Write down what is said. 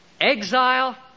exile